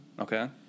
Okay